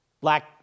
black